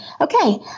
okay